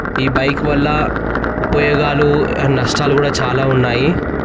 ఈ బైక్ వల్ల ఉపయోగాలు అండ్ నష్టాలు కూడా చాలా ఉన్నాయి